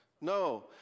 No